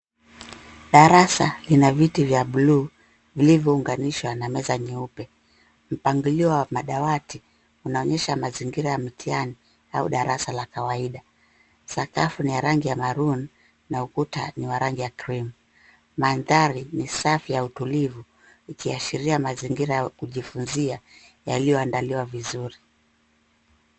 Darasa lina viti vya bluu, vilivyounganisha na meza nyeupe. Mpangilio wa madawati unaonyesha mazingira ya mtihani au darasa la kawaida. Sakafu ni ya rangi ya maroon na ukuta ni wa rangi ya cream . Mandhari ni safi ya utulivu, ikiashiria mazingira ya kujifunzia yaliyoandaliwa vizuri.